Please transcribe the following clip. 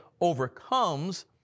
overcomes